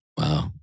Wow